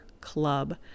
Club